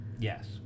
Yes